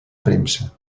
premsa